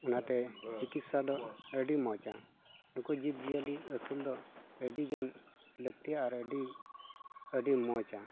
ᱚᱱᱟᱛᱮ ᱪᱤᱠᱤᱛᱥᱟ ᱫᱚ ᱟᱹᱰᱤ ᱢᱚᱪᱟ ᱱᱩᱠᱩ ᱡᱤᱵ ᱡᱤᱭᱟᱹᱞᱤ ᱟᱹᱥᱩᱞ ᱫᱚ ᱟᱹᱰᱤ ᱜᱟᱱ ᱞᱟᱹᱠᱛᱤᱭᱟ ᱟᱨ ᱟᱹᱰᱤ ᱟᱹᱰᱤ ᱢᱚᱪᱟ